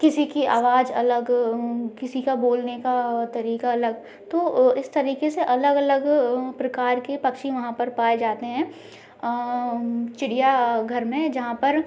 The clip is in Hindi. किसी की आवाज अलग किसी के बोलने का तरीका अलग तो इस तरीके से अलग अलग प्रकार के पक्षी वहाँ पर पाए जाते हैं चिड़ियाघर में जहाँ पर